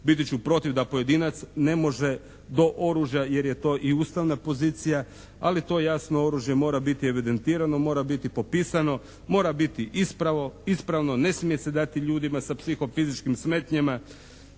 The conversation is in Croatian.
Biti ću protiv da pojedinac ne može do oružja jer je to i ustavna pozicija ali to jasno oružje mora biti evidentirano, mora biti popisano, mora biti ispravno, ne smije se dati ljudima sa psiho-fizičkim smjetnjama.